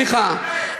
סליחה,